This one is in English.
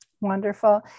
Wonderful